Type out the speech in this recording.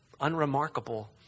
unremarkable